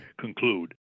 conclude